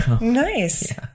Nice